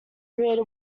create